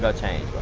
ah change.